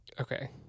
Okay